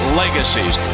legacies